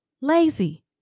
Lazy